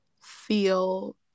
feel